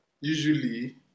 usually